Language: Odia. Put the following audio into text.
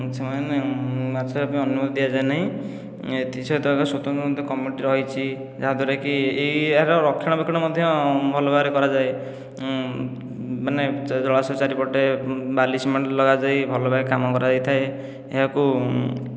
ସେମାନେ ମାଛ ଧରିବା ପାଇଁ ଅନୁମତି ଦିଆଯାଏ ନାହିଁ ଏଥିସହିତ ଏକ ସ୍ୱତନ୍ତ୍ର ମଧ୍ୟ କମିଟି ରହିଛି ଯାହା ଦ୍ୱାରାକି ଏହି ଏହାର ରକ୍ଷଣା ବେକ୍ଷଣ ମଧ୍ୟ ଭଲ ଭାବରେ କରାଯାଏ ମାନେ ଜଳାଶୟ ଚାରିପଟେ ବାଲି ସିମେଣ୍ଟ ଲଗାଯାଇ ଭଲ ଭାବରେ କାମ କରାଯାଇଥାଏ ଏହାକୁ